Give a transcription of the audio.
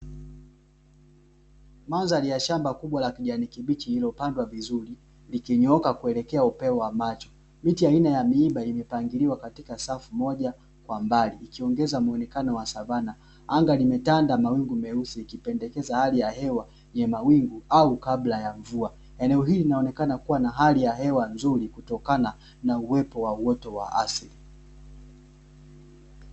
Mandhari ya shamba kubwa la kijani kibichi lilipandwa vizuri likinyooka kulekea upeo wa macho. Miti aina ya miiba imepangiliwa katika safu moja kwa mbali ikiongeza muonekano wa savana. Anga limetanda mawingu meusi ikipendekeza hali ya hewa ya mawingu au kabla ya mvua. Eneo hili linaonekana kuwa na hali ya hewa nzuri kutokana na uwepo wa uoto wa asili.